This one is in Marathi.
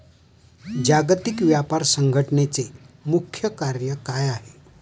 जागतिक व्यापार संघटचे मुख्य कार्य काय आहे?